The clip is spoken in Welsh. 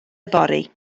yfory